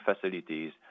facilities